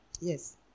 Yes